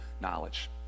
knowledge